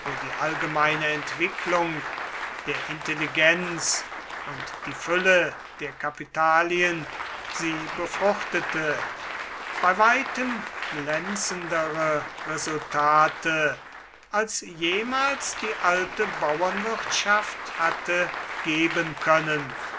die allgemeine entwicklung der intelligenz und die fülle der kapitalien sie befruchtete bei weitem glänzendere resultate als jemals die alte bauernwirtschaft hatte geben können